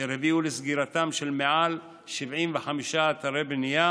והם הביאו לסגירתם של מעל 75 אתרי בנייה